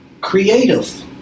creative